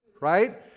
Right